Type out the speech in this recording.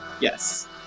Yes